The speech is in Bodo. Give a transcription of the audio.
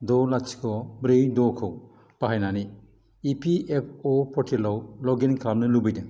द' लाथिख' ब्रै द' खौ बाहायनानै इ पि एफ अ परटेलाव लग इन खालामनो लुबैदों